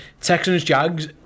Texans-Jags